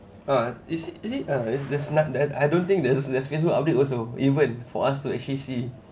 uh is is it uh there's there's not that I don't think there's there's facebook update also even for us to actually see